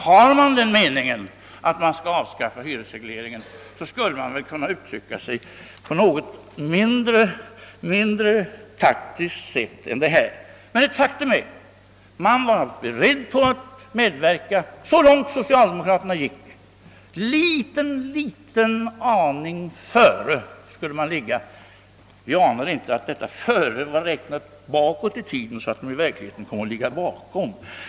Har man den meningen, att hyresregleringen skall avskaffas, bör man väl kunna uttrycka sig på ett något mindre taktiskt sätt. Ett faktum är dock att man var beredd att medverka och sträcka sig lika långt som socialdemokraterna, men man skulle ligga en liten, liten aning före dem. Vi anade bara inte att detta »före» var räknat bakåt i tiden, så att ni i verkligheten kom att ligga bakom oss.